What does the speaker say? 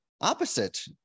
opposite